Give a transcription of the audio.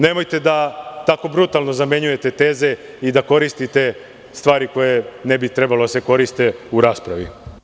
Nemojte tako brutalno da zamenjujete teze i da koristite stvari koje ne bi trebalo da se koriste u raspravi.